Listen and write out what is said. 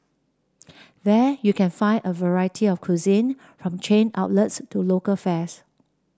there you can find a variety of cuisine from chain outlets to local fares